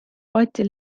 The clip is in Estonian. balti